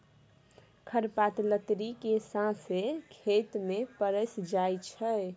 खर पात लतरि केँ सौंसे खेत मे पसरि जाइ छै